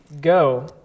go